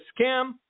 scam